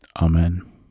Amen